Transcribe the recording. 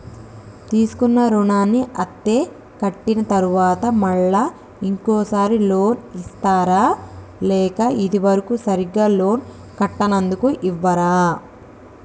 తీసుకున్న రుణాన్ని అత్తే కట్టిన తరువాత మళ్ళా ఇంకో సారి లోన్ ఇస్తారా లేక ఇది వరకు సరిగ్గా లోన్ కట్టనందుకు ఇవ్వరా?